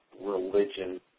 religion